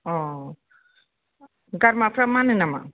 अ गारमाफ्रा मानो नामा